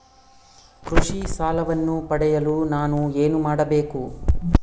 ಕೃಷಿ ಸಾಲವನ್ನು ಪಡೆಯಲು ನಾನು ಏನು ಮಾಡಬೇಕು?